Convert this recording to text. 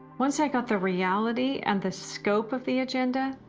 once i got the reality and the scope of the agenda,